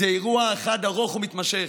זה אירוע אחד ארוך ומתמשך.